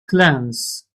glance